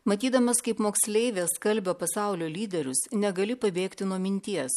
matydamas kaip moksleivė skalbia pasaulio lyderius negali pabėgti nuo minties